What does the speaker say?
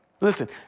Listen